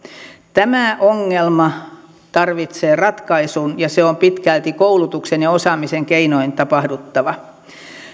tämä ongelma tarvitsee ratkaisun ja sen on pitkälti koulutuksen ja osaamisen keinoin tapahduttava